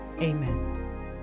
Amen